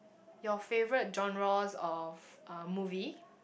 your favourite genres of uh movie